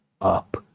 up